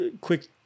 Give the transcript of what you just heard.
quick